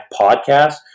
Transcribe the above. podcast